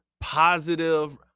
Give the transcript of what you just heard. positive